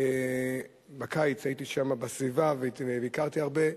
בקיץ הייתי שם בסביבה, וביקרתי הרבה.